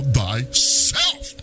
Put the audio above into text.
thyself